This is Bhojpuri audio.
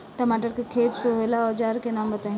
टमाटर के खेत सोहेला औजर के नाम बताई?